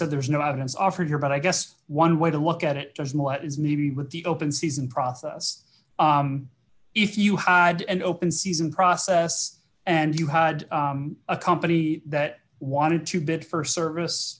said there is no evidence offered here but i guess one way to look at it as might is maybe with the open season process if you had an open season process and you had a company that wanted to bid for service